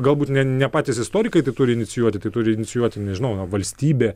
galbūt ne ne patys istorikai turi inicijuoti tai turi inicijuoti nežinau valstybė